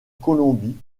colonie